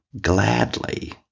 gladly